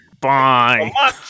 Bye